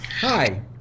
Hi